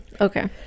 Okay